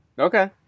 Okay